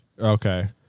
Okay